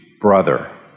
brother